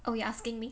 oh you asking me